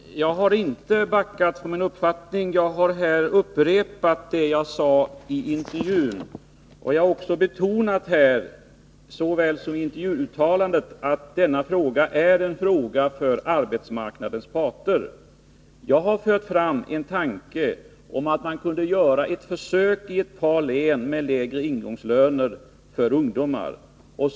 Herr talman! Jag har inte backat från min uppfattning, utan jag har här upprepat det jag sade i intervjun. Jag har också betonat här såväl som i intervjuuttalandet att denna fråga är en fråga för arbetsmarknadens parter. Jag har fört fram en tanke om att man kunde göra ett försök i ett par län med lägre ingångslöner för ungdomar.